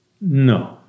No